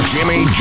Jimmy